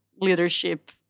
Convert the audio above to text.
leadership